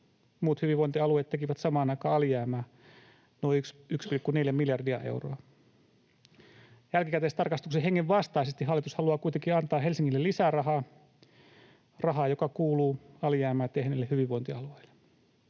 Muut hyvinvointialueet tekivät samaan aikaan alijäämää noin 1,4 miljardia euroa. Jälkikäteistarkastuksen hengen vastaisesti hallitus haluaa kuitenkin antaa Helsingille lisärahaa rahaa, rahaa, joka kuuluu alijäämää tehneille hyvinvointialueille.